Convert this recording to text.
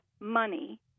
money